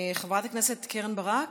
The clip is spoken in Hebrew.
חברת הכנסת קרן ברק,